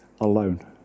alone